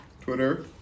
Twitter